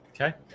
Okay